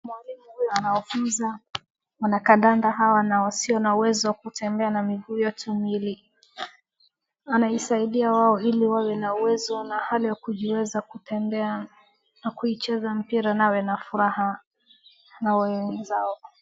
Mwalimu huyu anawafunza wanakandanda wasio na uwezo wa kutembea na miguu yote miwili. Anaisadia wao ili wawe na uwezo na hali ya kujiweza kutembea na kuicheza mpira nawe na furaha na wenzao.